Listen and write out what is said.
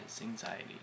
anxiety